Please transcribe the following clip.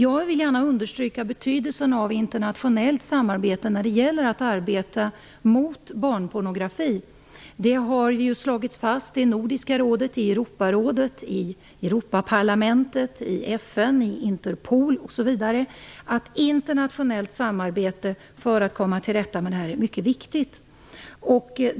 Jag vill gärna understryka betydelsen av internationellt samarbete när det gäller att arbeta mot barnpornografi. Det har ju slagits fast i Nordiska rådet, i Europarådet, i Europaparlamentet, i FN, i Interpol osv. att internationellt samarbete för att komma till rätta med det här är mycket viktigt.